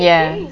ya